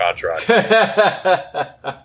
contract